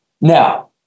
Now